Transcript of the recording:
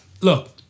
Look